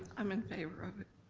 i'm in favor of it.